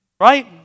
right